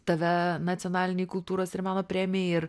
tave nacionalinei kultūros ir meno premijai ir